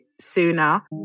sooner